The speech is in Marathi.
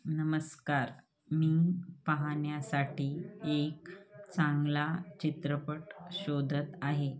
नमस्कार मी पाहण्यासाठी एक चांगला चित्रपट शोधत आहे